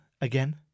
again